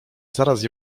zaraz